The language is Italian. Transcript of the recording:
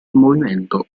movimento